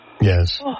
Yes